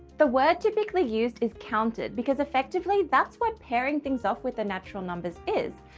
the word typically used is counted because effectively that's what pairing things off with the natural numbers is,